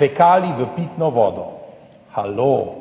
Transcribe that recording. dan v pitno vodo. Halo!